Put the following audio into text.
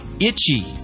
itchy